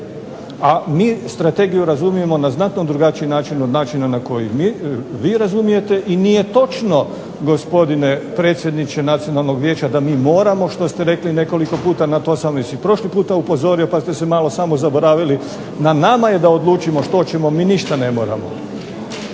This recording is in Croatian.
Mi strategiju razumijemo na drugačiji način od načina na koji vi razumijete i nije točno gospodine predsjedniče Nacionalnog vijeća da mi moramo, što ste rekli nekoliko puta na to sam prošli puta upozorio, pa ste se malo zaboravili, na nama je da odlučimo što ćemo, mi ništa ne moramo.